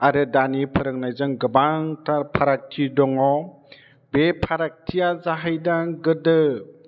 आरो दानि फोरोंनायजों गोबांथार फारागथि दङ बे फारागथिया जाहैदों गोदो